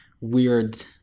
weird